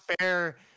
fair